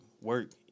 work